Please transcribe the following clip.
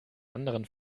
anderen